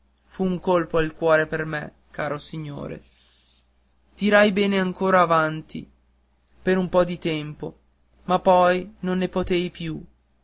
fu un colpo al cuore per me caro signore tirai bene ancora avanti per un po di tempo ma poi non potei più